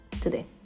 today